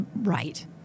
right